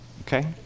okay